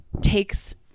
takes